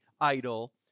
idol